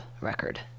record